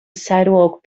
sidewalk